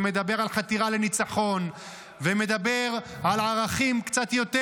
ומדבר על חתירה לניצחון ומדבר על ערכים קצת יותר.